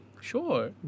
Sure